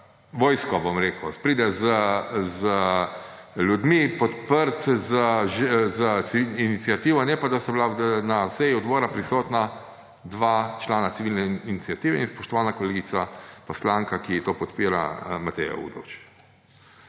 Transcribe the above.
vojsko, bom rekel, pride z ljudmi, podprt z iniciativo, ne pa da sta bila na seji odbora prisotna dva člana civilne iniciative in spoštovana kolegica poslanka, ki to podpira, Mateja Udovč.